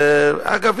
אגב,